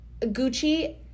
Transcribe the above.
Gucci